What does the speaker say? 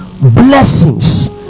blessings